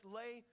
lay